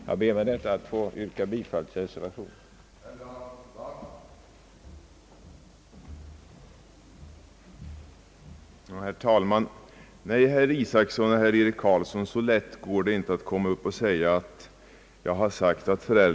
Jag ber med detta att få yrka bifall till reservationen av herr Eric Carlsson.